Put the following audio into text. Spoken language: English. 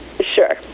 Sure